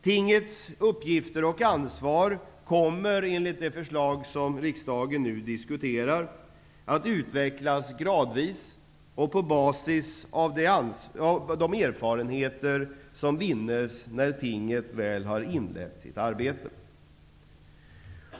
Tingets uppgifter och ansvar kommer, enligt det förslag som riksdagen nu diskuterar, att utvecklas gradvis och på basis av de erfarenheter som vinnes när tinget väl har inlett sitt arbete.